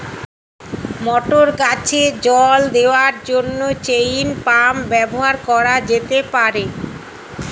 মটর গাছে জল দেওয়ার জন্য চেইন পাম্প ব্যবহার করা যেতে পার?